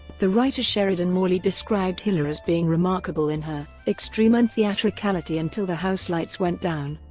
the writer sheridan morley described hiller as being remarkable in her extreme untheatricality until the house lights went down,